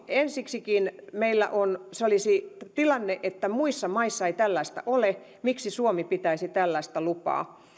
ensiksikin se olisi tilanne jollaista muissa maissa ei ole miksi suomi pitäisi tällaista lupaa